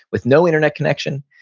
with no internet connection.